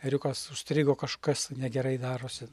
ėriukas užstrigo kažkas negerai darosi